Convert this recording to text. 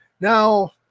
Now